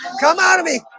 come out of me